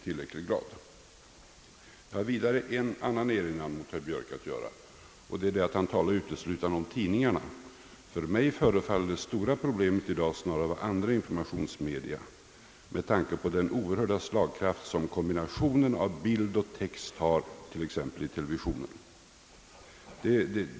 Jag har vidare den invändningen att göra mot herr Björk, att han uteslutande talade om tidningarna. För mig förefaller det stora problemet i dag snarare vara de andra informationsmedia med tanke på den oerhörda slagkraft som kombinationen av bild och text har i exempelvis televisionen.